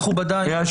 מכובדיי,